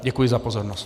Děkuji za pozornost.